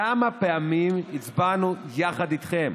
כמה פעמים הצבענו יחד איתכם,